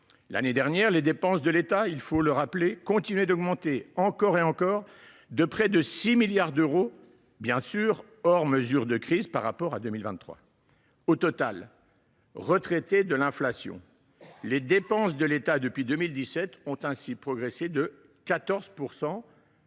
L’année dernière, les dépenses de l’État continuaient d’augmenter, encore et encore, de près de 6 milliards d’euros, hors mesures de crise, par rapport à 2023. Au total, retraitées de l’inflation, les dépenses de l’État ont ainsi progressé de 14